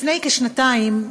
לפני כשנתיים,